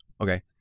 Okay